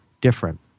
different